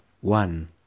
One